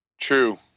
True